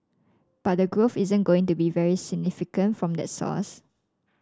but the growth isn't going to be very significant from that source